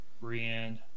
Brienne